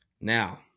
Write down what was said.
Now